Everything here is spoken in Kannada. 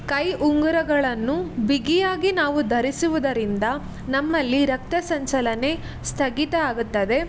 ಕೈ ಉಂಗುರಗಳನ್ನು ಬಿಗಿಯಾಗಿ ನಾವು ಧರಿಸುವುದರಿಂದ ನಮ್ಮಲ್ಲಿ ರಕ್ತ ಸಂಚಲನೆ ಸ್ಥಗಿತ ಆಗತ್ತದೆ